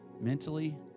mentally